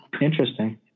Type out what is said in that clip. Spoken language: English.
Interesting